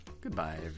goodbye